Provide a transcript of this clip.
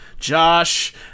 Josh